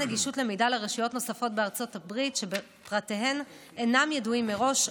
נגישות למידע לרשויות נוספות בארצות הברית שפרטיהן אינם ידועים מראש,